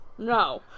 No